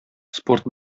спорт